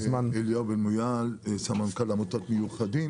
אני סמנכ"ל עמותת מיוחדים.